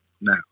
now